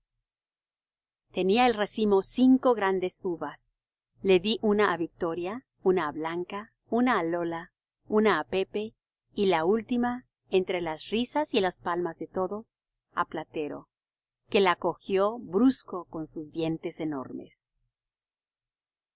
tenía el racimo cinco grandes uvas le di una á victoria una á blanca una á lola una á pepe y la última entre las risas y las palmas de todos á platero que la cogió brusco con sus dientes enormes